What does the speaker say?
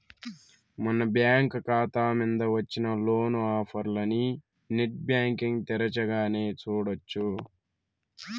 మన బ్యాంకు కాతా మింద వచ్చిన లోను ఆఫర్లనీ నెట్ బ్యాంటింగ్ తెరచగానే సూడొచ్చు